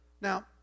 Now